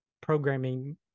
programming